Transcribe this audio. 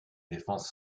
défense